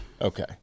Okay